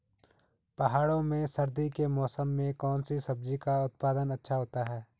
पहाड़ों में सर्दी के मौसम में कौन सी सब्जी का उत्पादन अच्छा होता है?